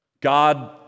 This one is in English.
God